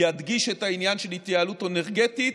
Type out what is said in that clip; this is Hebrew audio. ידגיש את העניין של התייעלות אנרגטית.